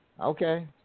Okay